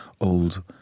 old